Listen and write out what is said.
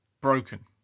broken